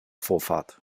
vorfahrt